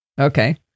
Okay